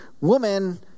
woman